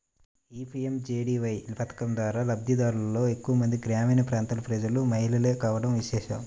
ఈ పీ.ఎం.జే.డీ.వై పథకం లబ్ది దారులలో ఎక్కువ మంది గ్రామీణ ప్రాంతాల ప్రజలు, మహిళలే కావడం విశేషం